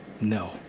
No